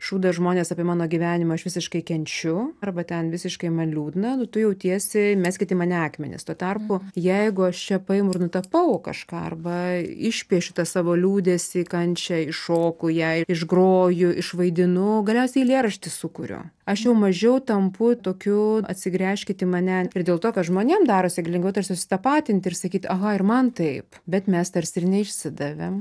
šūdą žmonės apie mano gyvenimą aš visiškai kenčiu arba ten visiškai man liūdna nu tu jautiesi meskit į mane akmenis tuo tarpu jeigu aš čia paimu ir nutapau kažką arba išpiešiu tą savo liūdesį kančią iššoku ją išgroju išvaidinu galiausiai eilėraštį sukuriu aš jau mažiau tampu tokiu atsigręžkit į mane ir dėl to kad žmonėm darosi lengviau tarsi susitapatinti ir sakyti aha ir man taip bet mes tarsi ir neišsidavėm